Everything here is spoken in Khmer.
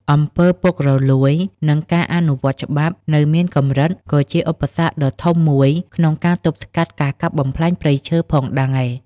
អំពើពុករលួយ និងការអនុវត្តច្បាប់នៅមានកម្រិតក៏ជាឧបសគ្គដ៏ធំមួយក្នុងការទប់ស្កាត់ការកាប់បំផ្លាញព្រៃឈើផងដែរ។